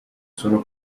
sono